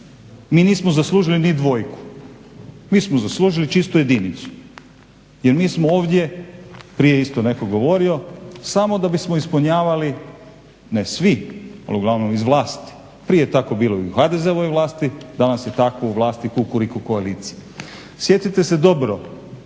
Mi nismo zaslužili ni dvojku, mi smo zaslužili čistu jedinicu jer mi smo ovdje, prije je isto netko govorio, samo da bismo ispunjavali, ne svi al uglavnom iz vlasti, prije je tako bilo i u HDZ-ovoj vlasti, danas je tako u vlasti Kukuriku koalicije. Sjetite se dobro,